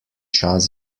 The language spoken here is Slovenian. čas